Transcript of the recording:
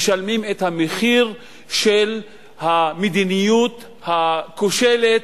את המחיר של המדיניות הכושלת,